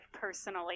personally